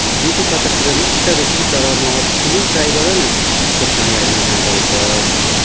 दुई सय पचास रुपियाँ मात्रै रहेछ कि तर म तिमी पनि ट्राई गर न यसको चायाहरू पनि जाँदोरहेछ